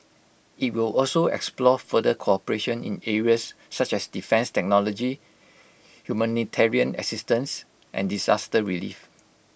IT will also explore further cooperation in areas such as defence technology humanitarian assistance and disaster relief